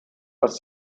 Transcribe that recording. als